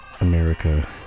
America